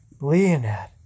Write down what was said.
Leonette